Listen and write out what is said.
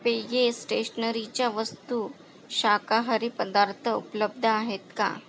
पेये स्टेशनरीच्या वस्तू शाकाहारी पदार्थ उपलब्ध आहेत का